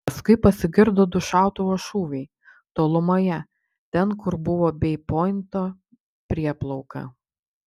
paskui pasigirdo du šautuvo šūviai tolumoje ten kur buvo bei pointo prieplauka